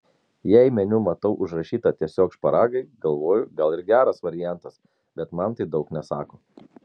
jei meniu matau užrašyta tiesiog šparagai galvoju gal ir geras variantas bet man tai daug nesako